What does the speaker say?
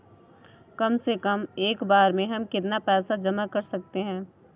कम से कम एक बार में हम कितना पैसा जमा कर सकते हैं?